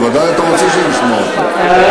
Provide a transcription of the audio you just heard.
בוודאי אתה רוצה שוב לשמוע אותי.